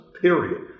period